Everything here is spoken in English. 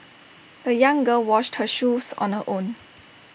the young girl washed her shoes on her own